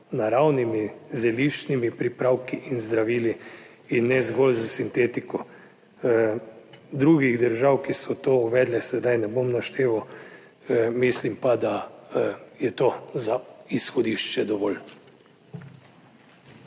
naravnimi, zeliščnimi pripravki in zdravili in ne zgolj s sintetiko. Drugih držav ki so to uvedle sedaj ne bom našteval, mislim pa da je to za izhodišče dovolj.